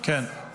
בבקשה,